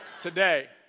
Today